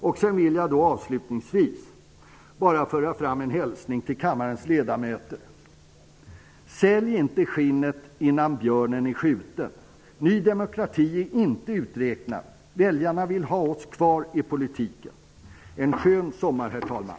Jag vill avslutningsvis framföra en hälsning till kammarens ledamöter. Sälj inte skinnet innan björnen är skjuten! Ny demokrati är inte uträknat. Väljarna vill har oss kvar i politiken. En skön sommar, herr talman!